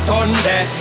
Sunday